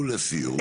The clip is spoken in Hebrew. ולסיום.